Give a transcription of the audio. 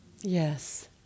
Yes